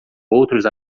outros